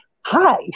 Hi